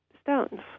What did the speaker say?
stones